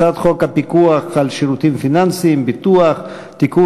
הצעת חוק הפיקוח על שירותים פיננסיים (ביטוח) (תיקון,